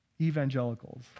evangelicals